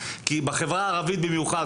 כי בחברה הערבית במיוחד,